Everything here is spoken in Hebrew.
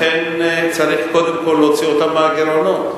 לכן צריך קודם כול להוציא אותם מהגירעונות,